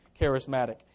charismatic